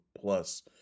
plus